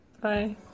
Bye